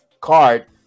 card